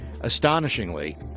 Astonishingly